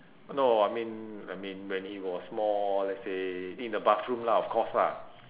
no I mean I mean when he was small let's say in the bathroom lah of course lah